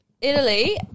Italy